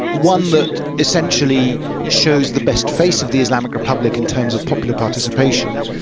one that essentially shows the best face of the islamic republic in terms of popular participation,